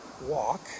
walk